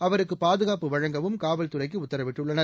அவருக்கு பாதுகாப்பு வழங்கவும் காவல்துறைக்கு உத்தரவிட்டுள்ளனர்